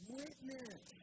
witness